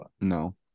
no